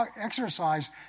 exercise